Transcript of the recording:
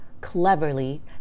CLEVERLY